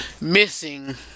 missing